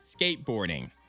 skateboarding